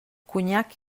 conyac